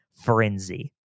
Frenzy